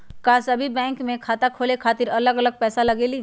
का सभी बैंक में खाता खोले खातीर अलग अलग पैसा लगेलि?